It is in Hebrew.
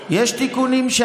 יש הבטחה, לרפורמה בתחבורה.